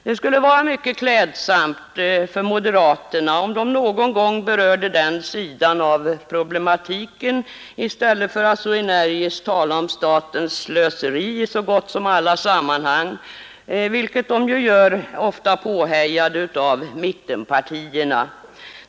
Det skulle vara mycket klädsamt för moderaterna om de någon gång berörde den sidan av problematiken i stället för att så energiskt tala om statens slöseri i så gott som alla sammanhang, vilket de ju gör, ofta påhejade av mittenpartierna.